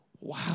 Wow